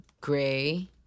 gray